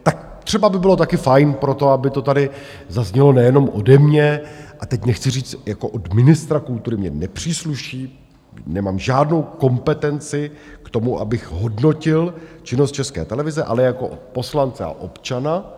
Tak třeba by bylo taky fajn, aby to tady zaznělo nejenom ode mě, teď nechci říct jako od ministra kultury, mně nepřísluší, nemám žádnou kompetenci k tomu, abych hodnotil činnost České televize, ale jako poslance a občana.